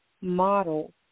model